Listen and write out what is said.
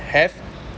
have